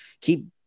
keep